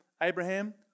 Abraham